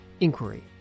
inquiry